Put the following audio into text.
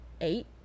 eight